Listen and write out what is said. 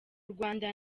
rwanda